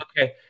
okay